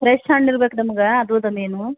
fresh ಹಣ್ಣು ಇರ್ಬೇಕು ನಮಗೆ ಅದು ಅದ ಮೈನು